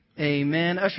amen